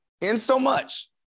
insomuch